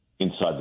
Inside